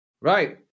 right